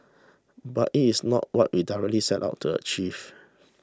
but it is not what we directly set out to achieve